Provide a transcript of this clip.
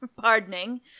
pardoning